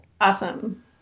Awesome